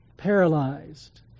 Paralyzed